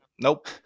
Nope